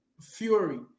Fury